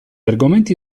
argomenti